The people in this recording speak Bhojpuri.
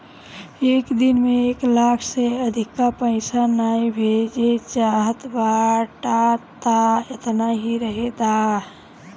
एक दिन में एक लाख से अधिका पईसा नाइ भेजे चाहत बाटअ तअ एतना ही रहे दअ